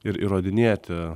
ir įrodinėti